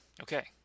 Okay